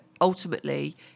ultimately